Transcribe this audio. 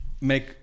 make